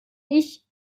ich